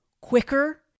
quicker